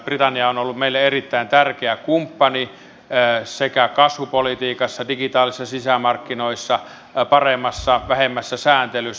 britannia on ollut meille erittäin tärkeä kumppani sekä kasvupolitiikassa digitaalisissa sisämarkkinoissa että paremmassa vähemmässä sääntelyssä